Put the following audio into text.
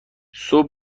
صبح